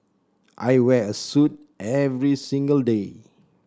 I wear a suit every single day